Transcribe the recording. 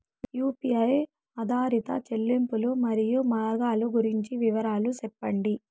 UPI ఆధారిత చెల్లింపులు, మరియు మార్గాలు గురించి వివరాలు సెప్పండి?